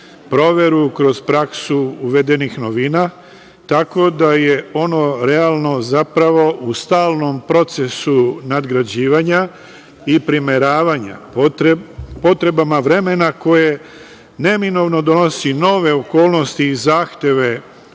proveru kroz praksu uvedenih novina, tako da je ono realno zapravo u stalnom procesu nadgrađivanja i premeravanja potrebama vremena koje neminovno donosi nove okolnosti i zahteve